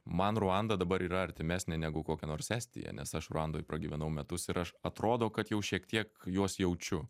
man ruanda dabar yra artimesnė negu kokia nors estija nes aš ruandoj pragyvenau metus ir aš atrodo kad jau šiek tiek juos jaučiu